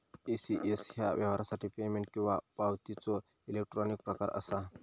ECS ह्या व्यवहारासाठी payment किंवा पावतीचो इलेक्ट्रॉनिक प्रकार असा